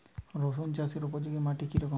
রুসুন চাষের উপযুক্ত মাটি কি রকম?